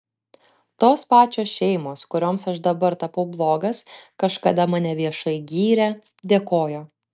tos pačios šeimos kurioms aš dabar tapau blogas kažkada mane viešai gyrė dėkojo